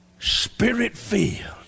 Spirit-filled